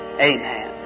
Amen